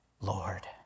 Lord